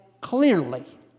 clearly